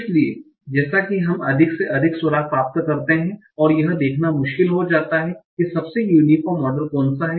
इसलिए जैसा कि हम अधिक से अधिक सुराग प्राप्त करते हैं यह देखना मुश्किल हो जाता है कि सबसे यूनीफोर्म मॉडल कौन सा है